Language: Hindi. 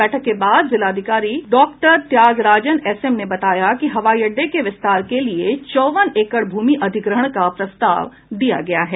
बैठक के बाद जिलाधिकारी डॉक्टर त्यागराजन एसएम ने बताया कि हवाई अड्डे के विस्तार के लिए चौवन एकड़ भूमि अधिग्रहण का प्रस्ताव दिया गया है